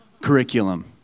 curriculum